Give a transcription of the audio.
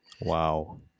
wow